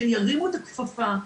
שירימו את הכפפה,